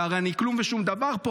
והרי אני כלום ושום דבר פה.